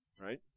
right